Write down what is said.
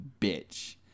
bitch